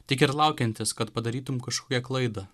tik ir laukiantys kad padarytum kažkokią klaidą